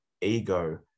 ego